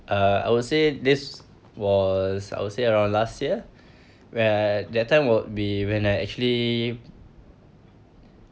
uh I would say this was I would say around last year where that time would be when I actually